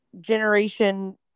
generation